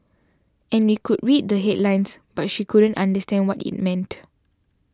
and we could read the headlines but she couldn't understand what it meant